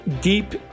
deep